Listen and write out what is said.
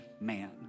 man